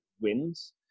wins